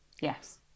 Yes